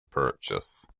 purchase